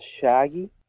shaggy